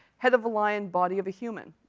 head of a lion, body of a human.